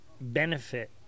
benefit